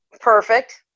Perfect